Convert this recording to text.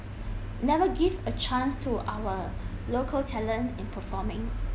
never give a chance to our local talent in performing